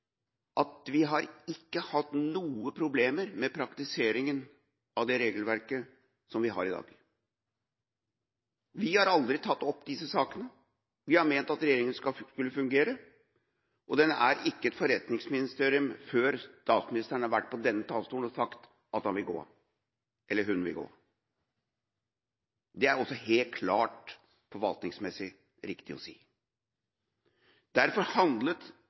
at vi ikke har hatt noen problemer med praktiseringa av det regelverket som vi har i dag. Vi har aldri tatt opp disse sakene, vi har ment at regjeringa skulle fungere, og den er ikke et forretningsministerium før statsministeren har vært på denne talerstolen og sagt at han eller hun vil gå av. Det er også helt klart – forvaltningsmessig – riktig å si. Derfor handlet